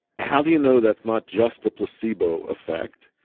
how do you know that's not just a placebo effect?